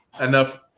enough